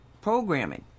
programming